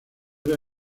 era